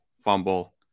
fumble